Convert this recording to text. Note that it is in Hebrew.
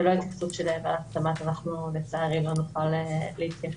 בלא התייחסות של ועדת התמ"ת אנחנו לצערי לא נוכל להתייחס.